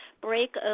break